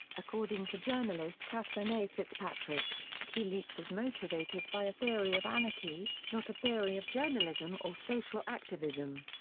according to journalist catherine a. fitzpatrick, wikileaks is motivated by a theory of anarchy, not a theory of journalism or social activism.